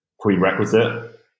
prerequisite